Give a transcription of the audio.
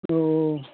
औ औ